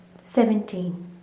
seventeen